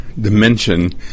dimension